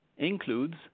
includes